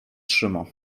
trzyma